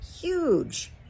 huge